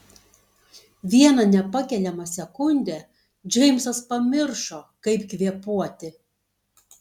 vieną nepakeliamą sekundę džeimsas pamiršo kaip kvėpuoti